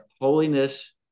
holiness